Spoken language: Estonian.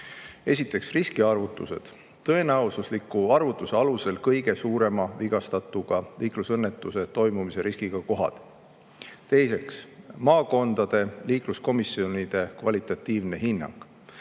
Esiteks, riskiarvutused: tõenäosusliku arvutuse alusel kõige suurema vigastatuga liiklusõnnetuse toimumise riskiga kohad. Teiseks, maakondade liikluskomisjonide kvalitatiivne hinnang: